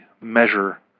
measure